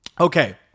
Okay